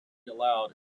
allowed